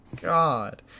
God